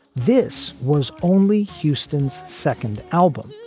this was only houston's second album,